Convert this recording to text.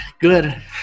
good